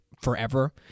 forever